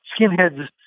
skinheads